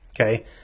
Okay